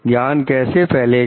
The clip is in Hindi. ज्ञान कैसे फैलेगा